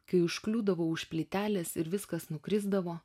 kai užkliūdavau už plytelės ir viskas nukrisdavo